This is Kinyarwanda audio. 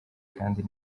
kandi